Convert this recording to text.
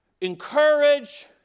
encourage